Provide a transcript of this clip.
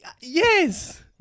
Yes